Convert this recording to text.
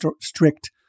strict